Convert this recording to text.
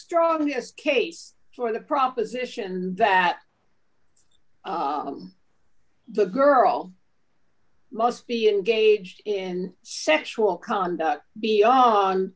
strongest case for the proposition that the girl must be engaged in sexual conduct beyond